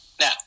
Now